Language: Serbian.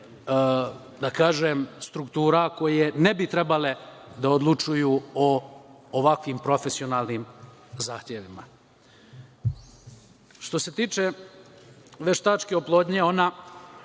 da kažem, struktura koje ne bi trebale da odlučuju o ovakvim profesionalnim zahtevima. Što se tiče veštačke oplodnje ona